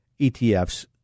etfs